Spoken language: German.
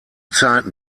zeiten